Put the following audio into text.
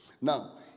Now